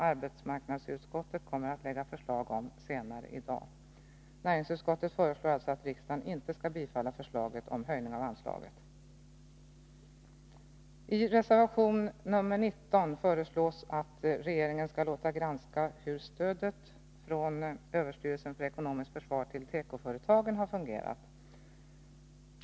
Arbetsmarknadsutskottets förslag på den punkten kommer att presenteras senare i dag. Näringsutskottet föreslår alltså att riksdagen inte skall bifalla förslaget att höja anslaget. I reservation 19 vid näringsutskottets betänkande föreslås att regeringen skall låta granska hur stödet från överstyrelsen för ekonomiskt försvar till tekoföretagen har fungerat.